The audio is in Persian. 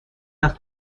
است